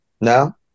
No